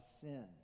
sin